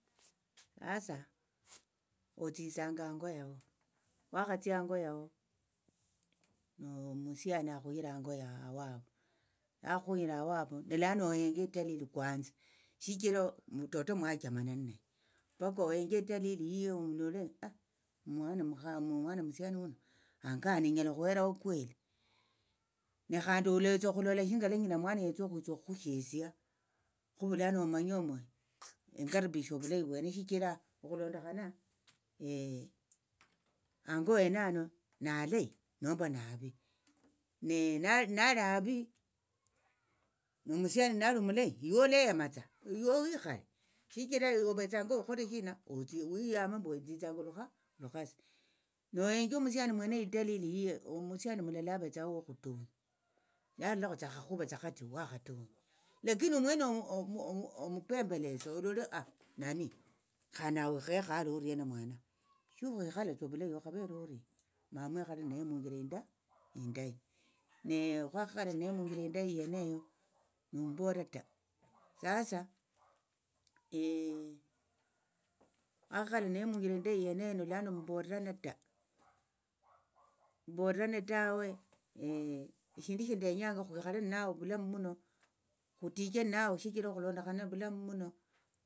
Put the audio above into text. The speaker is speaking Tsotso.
Asa otsitsanga hango yaho wakhatsia hango yao nomusiani akhuyira hango yao havo yakhuyira havo nelano ohenje italili kwanza shichira toto mwachamana neye paka oyenje etalili yiye olole omwana omukha omwana musiani huno hango hano enyala okhuheraho kweli nekhandi oletsa okhulola shinga la nyina mwana yetsa okhwitsa okhushesia khuvulano omanye mbu engaribishwe ovulayi vwene shichira okhulondokhana hango wene hano nalayi nomba navi ne nali havi nomusiani nali omuleyi yiwe oleyamatsa yiwowikhale shichira ove ovetsanga okholere shina wiyame mbu enthitsanga olukhasi nohenje omusiani mwenoyo etalili yiye omusiani mulala avetsaho wokhutunya nalolakhutsa akhakhuwatsa khati wakhatunya lakini omwene omupembelese olole nani khandi nawe okhekhale oriena mwana shiwikhalatsa ovulayi okhavere orie mamwikhale naye munjira inda indayi ne khwakhekhala naye munjira indayi yeneyo nomumbolera ta sasa wakhahera naye munjira indayi yeneyo nolano mumbolerana ta mumbolerane tawe eshindu shindenyanga khwikhale ninawe vulamu muno khutiche ninawe shichira okhulondokhana ovulamu muno.